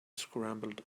scrambled